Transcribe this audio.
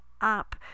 up